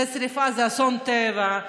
השרפה זה אסון טבע?